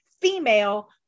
female